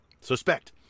suspect